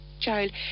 child